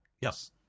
Yes